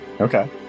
okay